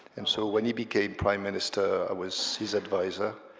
and so when he became prime minister, i was his advisor.